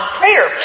prayer